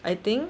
I think